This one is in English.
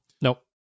Nope